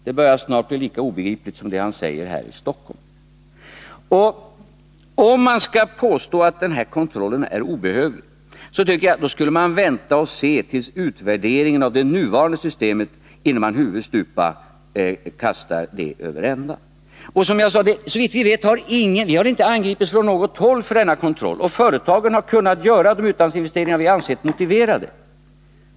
Det börjar snart bli lika obegripligt som det han säger här i Stockholm. Om man vill påstå att den här kontrollen är obehövlig, så borde man invänta utvärderingen av det nuvarande systemet, innan man huvudstupa kastar det över ända. Som sagt, såvitt vi vet har Sverige inte angipits från något håll för denna kontroll, och företagen har kunnat göra de utlandsinvesteringar som vi har ansett vara motiverade.